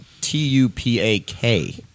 T-U-P-A-K